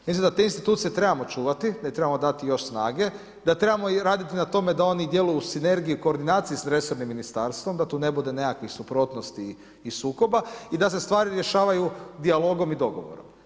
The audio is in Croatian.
Mislim da te institucije trebamo čuvati, da im trebamo dati još snage, da trebamo raditi na tome da oni djeluju u sinergiju i koordinaciji s resornim ministarstvom, da tu ne bude nekakvih suprotnosti i sukoba i da se stvari rješavaju dijalogom i dogovorom.